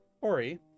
Ori